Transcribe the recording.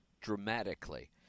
dramatically